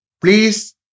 Please